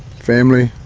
family,